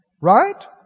Right